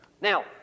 Now